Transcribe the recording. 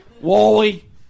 Wally